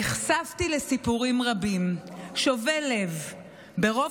נחשפתי לסיפורים שוברי לב רבים.